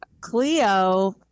Cleo